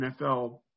NFL